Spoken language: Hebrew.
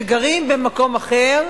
שגרים במקום אחר,